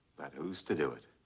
but, who's to do it?